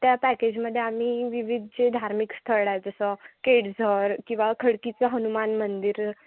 त्या पॅकेजमध्ये आम्ही विविध जे धार्मिक स्थळ आहे जसं केडझर किंवा खडकीचं हनुमान मंदिर